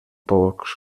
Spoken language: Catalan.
pocs